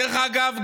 דרך אגב,